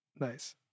Nice